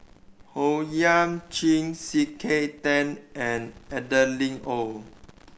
Owyang Chi C K Tang and Adeline Ooi